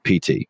pt